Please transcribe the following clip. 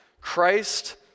Christ